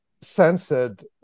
censored